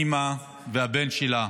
אימא והבן שלה,